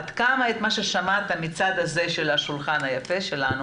עד כמה מה ששמעת מהצד הזה של השולחן היפה שלנו